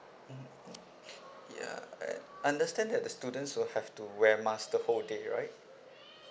mm mm ya I understand that the students will have to wear mask the whole day right